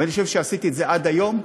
אז תפסיק להטיח בי דברים.